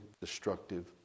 destructive